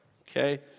Okay